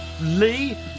Lee